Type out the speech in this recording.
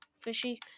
fishy